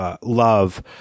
Love